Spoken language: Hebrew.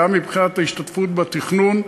גם מבחינת ההשתתפות בתכנון,